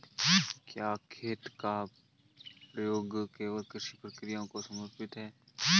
क्या खेत का प्रयोग केवल कृषि प्रक्रियाओं को ही समर्पित है?